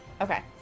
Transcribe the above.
Okay